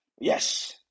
Yes